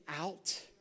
out